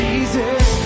Jesus